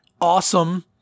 awesome